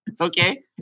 okay